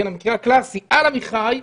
המקרה הקלסי על עמיחי,